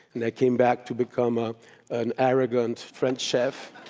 and i came back to become ah an arrogant french chef.